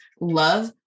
love